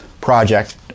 project